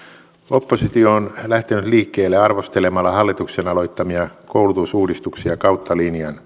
oppositio on lähtenyt liikkeelle arvostelemalla hallituksen aloittamia koulutusuudistuksia kautta linjan